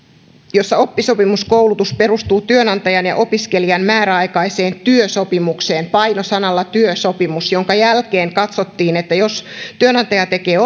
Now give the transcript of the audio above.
jossa oppisopimuskoulutus perustuu työnantajan ja opiskelijan määräaikaiseen työsopimukseen paino sanalla työsopimus jonka jälkeen katsottiin että jos työnantaja tekee